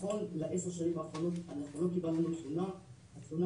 נכון לעשר שנים האחרונות אנחנו לא קיבלנו תלונה שנכנסה.